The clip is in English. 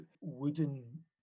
wooden